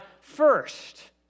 first